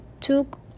took